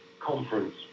conference